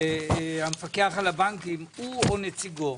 שהמפקח על הבנקים, הוא או נציגו,